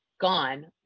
Gone